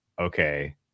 okay